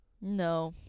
No